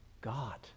God